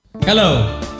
Hello